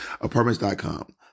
Apartments.com